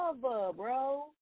bro